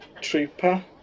trooper